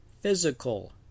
physical